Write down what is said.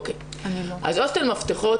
הוסטל מפתחות,